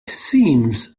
seems